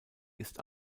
ist